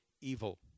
evil